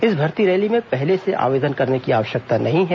इस भर्ती रैली में पहले से आवेदन करने की आवश्कता नहीं है